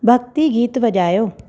भॻिती गीत वॼायो